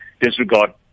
disregard